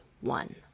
one